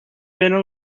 been